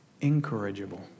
incorrigible